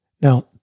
Now